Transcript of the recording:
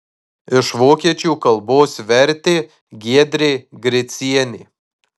iš vokiečių kalbos vertė giedrė gricienė